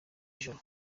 ijoro